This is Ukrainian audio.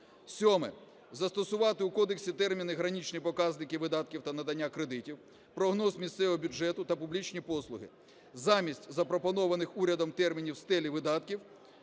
Сьоме. Застосувати у кодексі терміни "граничні показники видатків та надання кредитів", "прогноз місцевого бюджету та публічні послуги" замість запропонованих урядом термінів "стелі видатків